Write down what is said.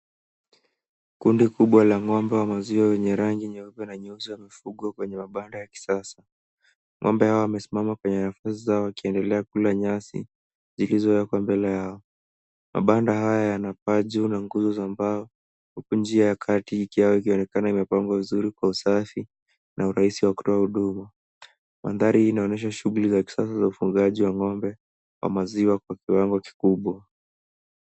Kundi kubwa la ng'ombe wa maziwa wenye rangi nyeupe na nyeusi wamefukwa kwenye panda ya kisasa. Ng'omba hawa wamesimama kwenye nafasi zao wakiendelea kula nyazi zilizo wekwa mbele yao. Mapanda haya yanabachu na nguzo za mbao huku njia ya kati ikionekana imepangwa vizuri kwa usawa na usafi na urahizi wa kutoa huduma. Maandari hii inaonyesha shughuli za kisasa za ufungaji wa ng'ombe wa maziwa kwa kiwango kikubwa.